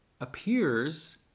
appears